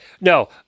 No